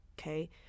okay